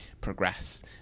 progress